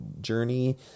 journey